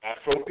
Afro